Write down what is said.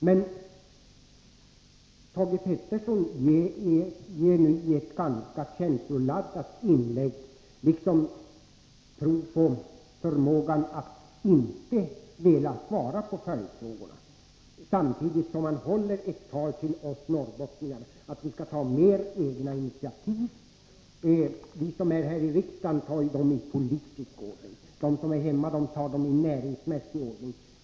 Men Thage Peterson gav nu i ett ganska känsloladdat inlägg intryck av att inte vilja svara på följdfrågorna, samtidigt som han höll ett tal till oss norrbottningar att vi skall ta fler egna initiativ. Vi som är här i riksdagen tar ju sådana initiativ i politisk ordning — de som är hemma tar initiativen i näringsmässig ordning.